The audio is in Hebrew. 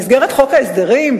במסגרת חוק ההסדרים?